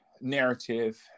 narrative